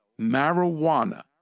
marijuana